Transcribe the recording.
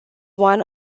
one